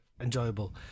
enjoyable